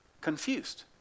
confused